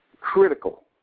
critical